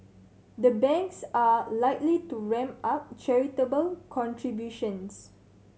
the banks are likely to ramp up charitable contributions